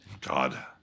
God